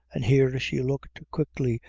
and here she looked quickly,